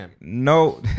no